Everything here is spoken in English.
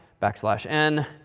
backslash n,